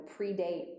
predate